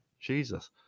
Jesus